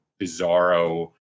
bizarro